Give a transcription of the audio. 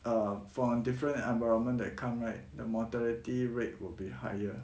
err from different environment that come right the mortality rate would be higher